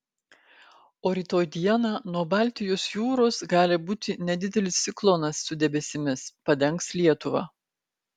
o rytoj dieną nuo baltijos jūros gali būti nedidelis ciklonas su debesimis padengs lietuvą